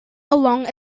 along